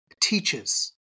teachers